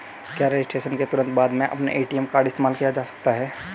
क्या रजिस्ट्रेशन के तुरंत बाद में अपना ए.टी.एम कार्ड इस्तेमाल किया जा सकता है?